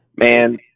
Man